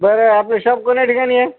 बरं आपलं शॉप कोण्या ठिकाणी आहे